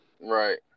Right